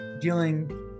dealing